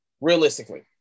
Realistically